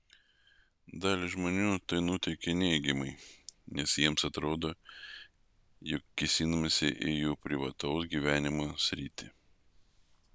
dalį žmonių tai nuteikia neigiamai nes jiems atrodo jog kėsinamasi į jų privataus gyvenimo sritį